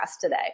today